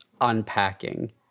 unpacking